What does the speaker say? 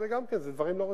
גם כן, זה דברים לא רציניים.